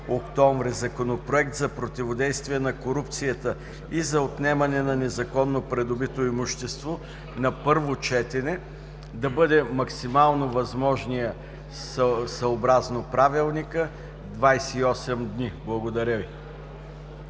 Законопроект за противодействие на корупцията и за отнемане на незаконно придобито имущество, на първо четене да бъде максимално възможният съобразно Правилника – 28 дни. Благодаря Ви.